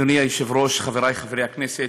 אדוני היושב-ראש, חבריי חברי הכנסת,